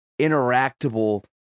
interactable